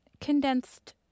condensed